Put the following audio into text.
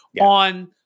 on